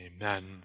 Amen